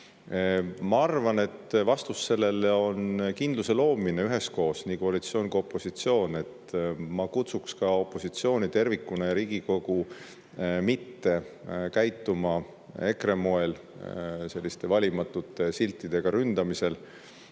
arvan, et vastus sellele on kindluse loomine üheskoos, nii koalitsioon kui opositsioon. Ma kutsuks ka opositsiooni tervikuna ja Riigikogu mitte käituma EKRE moel selliste valimatute siltidega ründamisega,